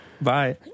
Bye